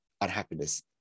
unhappiness